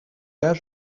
cas